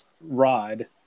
Rod